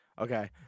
Okay